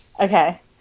Okay